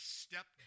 step